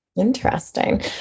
Interesting